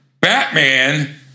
Batman